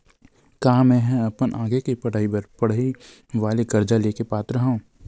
का मेंहा अपन आगे के पढई बर पढई वाले कर्जा ले के पात्र हव?